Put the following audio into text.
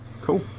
Cool